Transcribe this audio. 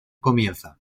comienza